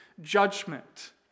judgment